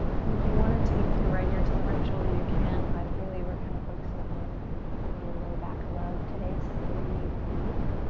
and if you want to take your right ear to the right shoulder you can but really we're kind of focusing on a little low back love today so breathe deep.